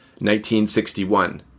1961